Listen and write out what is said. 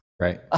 right